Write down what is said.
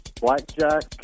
blackjack